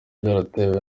byaratewe